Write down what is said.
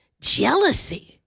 jealousy